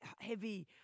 heavy